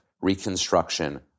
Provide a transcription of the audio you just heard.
Reconstruction